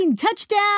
touchdown